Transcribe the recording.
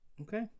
Okay